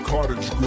Cottage